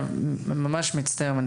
אני